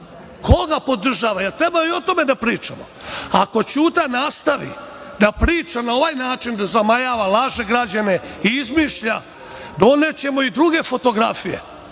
Ko ga podržava? Jel treba i o tome da pričamo? Ako Ćuta nastavi da priča na ovaj način, da zamajava, laže građane i izmišlja donećemo i druge fotografije,